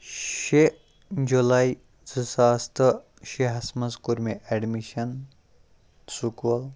شےٚ جُلایی زٕ ساس تہٕ شےٚ ہَس منٛز کوٚر مےٚ ایٚڈمِشَن سکوٗل